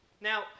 Now